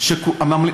מפריעים לי.